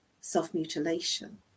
self-mutilation